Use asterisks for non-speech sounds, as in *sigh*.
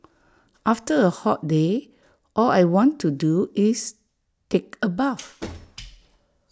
after A hot day all I want to do is take A bath *noise*